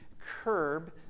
curb